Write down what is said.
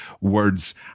words